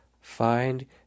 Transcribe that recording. Find